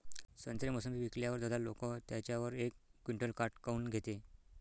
संत्रे, मोसंबी विकल्यावर दलाल लोकं त्याच्यावर एक क्विंटल काट काऊन घेते?